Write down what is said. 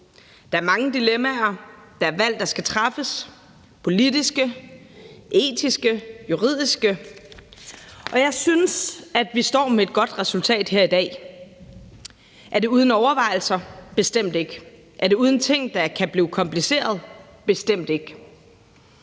Der er mange dilemmaer, og der er valg, der skal træffes, altså politiske, etiske og juridiske, og jeg synes, at vi står med et godt resultat her i dag. Er det uden overvejelser? Det er det bestemt ikke. Er det uden ting, der kan blive komplicerede? Det er